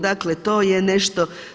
Dakle, to je nešto.